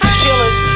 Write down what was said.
killers